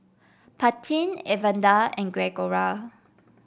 Paityn Evander and Gregoria